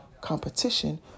competition